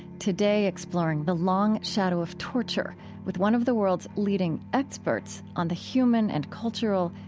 today, exploring the long shadow of torture with one of the world's leading experts on the human and cultural,